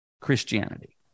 Christianity